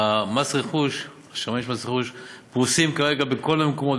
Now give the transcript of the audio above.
השמאים של מס רכוש פרוסים כרגע בכל המקומות,